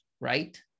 right